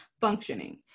functioning